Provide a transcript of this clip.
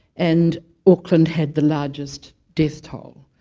and auckland had the largest death toll